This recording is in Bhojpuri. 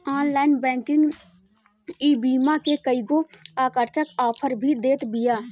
ऑनलाइन बैंकिंग ईबीमा के कईगो आकर्षक आफर भी देत बिया